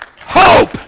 hope